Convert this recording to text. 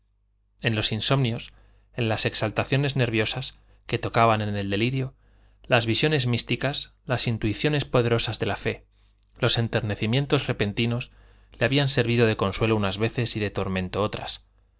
en los insomnios en las exaltaciones nerviosas que tocaban en el delirio las visiones místicas las intuiciones poderosas de la fe los enternecimientos repentinos le habían servido de consuelo unas veces y de tormento otras